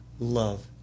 Love